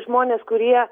žmonės kurie